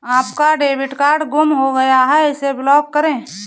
आपका debit card गुम हो गया है इसे ब्लॉक करें